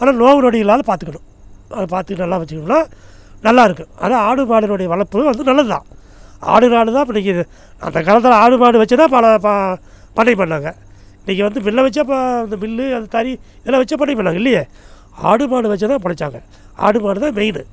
ஆனால் நோய் நொடி இல்லாத பார்த்துக்கணும் அதை பார்த்து நல்லா வச்சுக்கிட்டோம்னா நல்லா இருக்கும் ஆனால் ஆடு மாடுனுடைய வளர்ப்பு வந்து நல்லது தான் ஆடுனால் தான் இப்போ இன்றைக்கு அந்த காலத்தில் ஆடுமாடு வச்சு தான் பல பண்ணையம் பண்ணாங்க இன்றைக்கு வந்து மில்லை வச்சியா அப்போ மில்லு அது தறி இதெல்லாம் வச்சா பண்ணையம் பண்ணாங்க இல்லையே ஆடு மாடு வச்சுதான் பிழச்சாங்க ஆடு மாடு தான் மெயின்னு